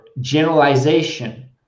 generalization